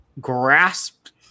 grasped